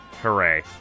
Hooray